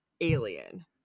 alien